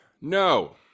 no